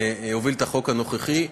שהוביל את החוק הנוכחי,